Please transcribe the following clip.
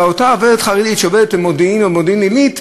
ואותה עובדת חרדית שעובדת במודיעין או מודיעין-עילית,